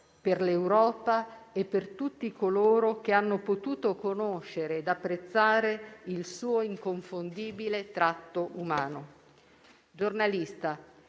per l'Europa e per tutti coloro che hanno potuto conoscere e apprezzare il suo inconfondibile tratto umano.